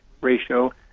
ratio